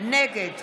נגד